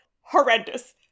Horrendous